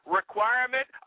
requirement